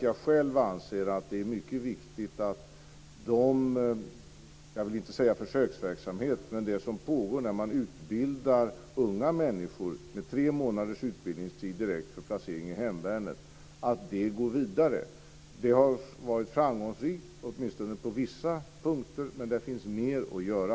Jag själv anser att det är mycket viktigt att den "försöksverksamhet" som pågår, där unga människor utbildas under tre månader för direkt placering i hemvärnet, går vidare. Den har varit framgångsrik åtminstone på vissa punkter, men det finns mer att göra.